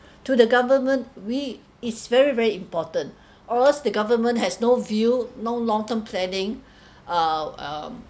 to the government we it's very very important or else the government has no view no long-term planning uh um